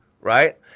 Right